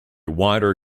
wider